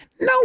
No